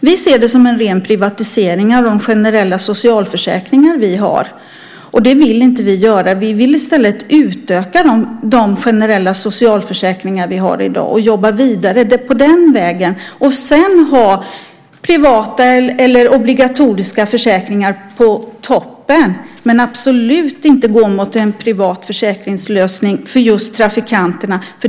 Vi ser det som en ren privatisering av de generella socialförsäkringar vi har. Det vill vi inte göra. Vi vill i stället utöka de generella socialförsäkringar vi har i dag och jobba vidare på den vägen. Sedan kan man ha privata eller obligatoriska försäkringar på toppen. Men man ska absolut inte gå mot en privat försäkringslösning för just trafikanterna.